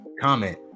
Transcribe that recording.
comment